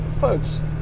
folks